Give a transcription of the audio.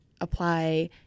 apply